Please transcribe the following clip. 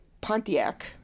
Pontiac